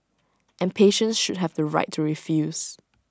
and patients should have the right to refuse